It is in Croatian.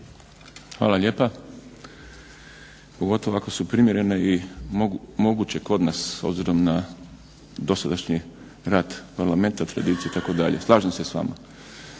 Hvala lijepa. Pogotovo ako su primjerene i moguće kod nas, obzirom na dosadašnji rad Parlamenta, tradiciju itd. Slažem se s vama.